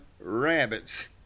rabbits